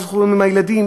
סכסוכים עם הילדים.